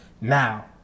now